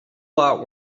lot